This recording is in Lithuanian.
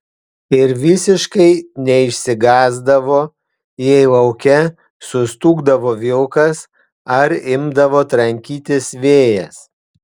ir visiškai neišsigąsdavo jei lauke sustūgdavo vilkas ar imdavo trankytis vėjas